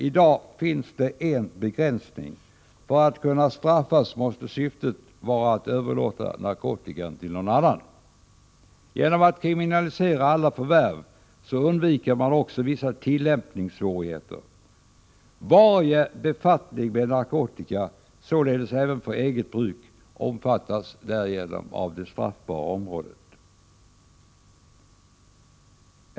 I dag finns det en begränsning. För att man skall kunna straffas måste syftet vara att överlåta narkotikan till någon annan. Genom att kriminalisera alla förvärv undviker man också vissa tillämpningssvårigheter. Varje befattning med narkotika, således även för eget bruk, innefattas därigenom i det straffbara området.